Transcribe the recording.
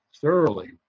thoroughly